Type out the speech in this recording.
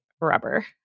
rubber